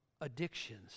addictions